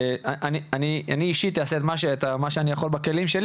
ואני אישית אעשה את מה שאני יכול בכלים שלי